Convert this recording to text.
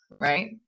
right